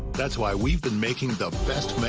that's why we've been making the best